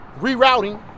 rerouting